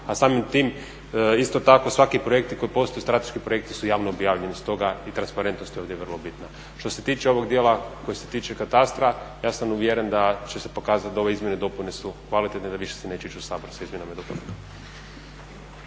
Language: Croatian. a samim tim isto tako svaki projekt koji postaje strateški projekt su javno objavljeni, stoga je i transparentnost je ovdje vrlo bitna. Što se tiče ovog dijela koji se tiče katastra, ja sam uvjeren da će se pokazati da ove izmjene i dopune su kvalitetne i da se više neće ići u saborske izmjene i dopune.